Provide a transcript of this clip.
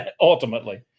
ultimately